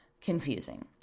confusing